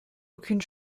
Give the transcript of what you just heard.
aucune